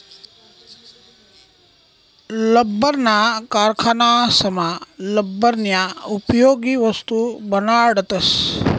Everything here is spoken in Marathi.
लब्बरना कारखानासमा लब्बरन्या उपयोगी वस्तू बनाडतस